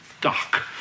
Doc